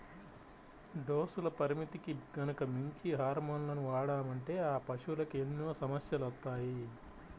డోసుల పరిమితికి గనక మించి హార్మోన్లను వాడామంటే ఆ పశువులకి ఎన్నో సమస్యలొత్తాయి